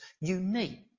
unique